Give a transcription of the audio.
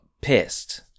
pissed